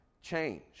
change